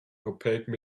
opaque